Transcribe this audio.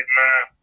man